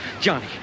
Johnny